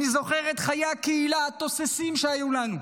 אני זוכר את חיי הקהילה התוססים שהיו לנו,